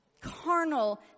carnal